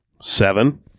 seven